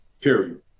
period